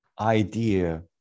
idea